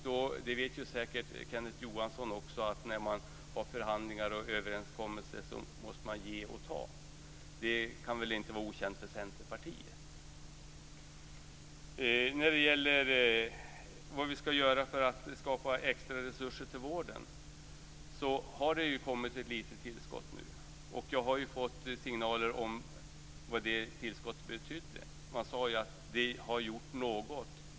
Det vet ju säkert också Kenneth Johansson att när man har förhandlingar och överenskommelser måste man ge och ta. Det kan väl inte vara okänt för Centerpartiet. När det gäller vad vi skall göra för att skapa extra resurser till vården har det kommit ett litet tillskott nu. Jag har fått signaler om vad det tillskottet betydde. Man sade att det har gjort något.